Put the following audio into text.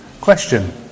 Question